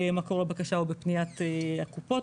מקור הבקשה הוא בפניית הקופות,